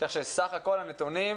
כך שבסך הכול הנתונים,